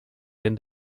end